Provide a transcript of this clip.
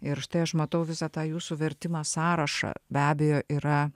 ir štai aš matau visą tą jūsų vertimą sąrašą be abejo yra